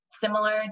Similar